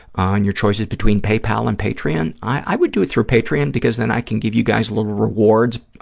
on your choices between paypal and patreon, i would do it through patreon because then i can give you guys little rewards